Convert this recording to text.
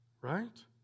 Right